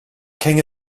king